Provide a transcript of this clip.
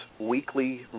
weekly